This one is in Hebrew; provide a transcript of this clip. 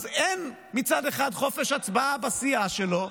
אז מצד אחד אין חופש הצבעה בסיעה שלו,